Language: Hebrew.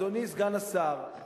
אדוני סגן השר,